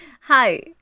Hi